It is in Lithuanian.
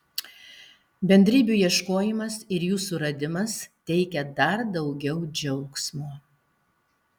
bendrybių ieškojimas ir jų suradimas teikia dar daugiau džiaugsmo